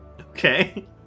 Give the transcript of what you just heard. Okay